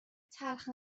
تلخ